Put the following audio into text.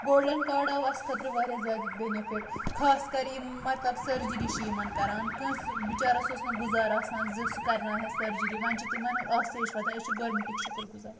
golden card آو اَسہِ خٲطرٕ واریاہ زیادٕ بینِفٹ خاص کر یِم مطلب سرجِری چھِ یِمن کران کٲنٛسہِ بچارس اوس نہٕ گُزارٕ آسان زِ سُہ کرناویہِ ہا سرجِری وۄنۍ چھِ تِمن آسٲیِش واتان أسۍ چھِ گورمینٹٕکۍ شُکُرگُزار